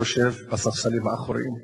שיושב בספסלים האחוריים.